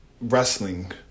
wrestling